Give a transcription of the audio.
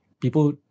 people